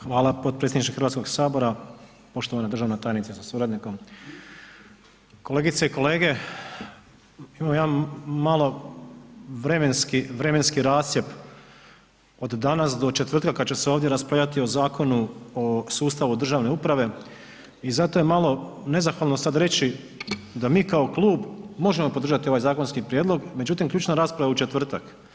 Hvala potpredsjedniče Hrvatskog sabora, poštovana državna tajnice sa suradnikom, kolegice i kolege imam jedan malo vremenski, vremenski rascjep od danas do četvrtka kad će se ovdje raspravljati o Zakonu o sustavu državne uprave i zato je malo nezahvalno sad reći da mi kao klub možemo podržati ovaj zakonski prijedlog, međutim ključna rasprava je u četvrtak.